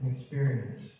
experience